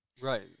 Right